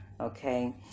Okay